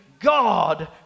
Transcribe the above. God